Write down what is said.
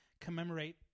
commemorate